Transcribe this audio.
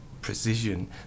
precision